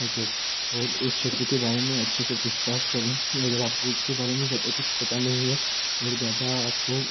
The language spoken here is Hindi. है तो और उस क्षेत्र के बारे में अच्छे से पूछताछ करें अगर आपको उसके बारे में ज़्यादा कुछ पता नहीं है और ज़्यादा आपको